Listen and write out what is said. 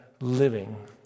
living